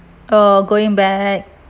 uh going back